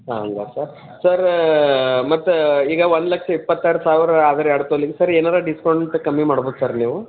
ಹಾಗಾ sir sir ಮತ್ತು ಈಗ ಒಂದು ಲಕ್ಷ ಇಪ್ಪತ್ತಾರು ಸಾವಿರ ಆದ್ರೆ ಎರಡು ತೊಲೆಗೆ ಸರ್ ಏನಾರೂ ಡಿಸ್ಕೌಂಟ್ ಕಮ್ಮಿ ಮಾಡ್ಬೇಕು ಸರ್ ನೀವು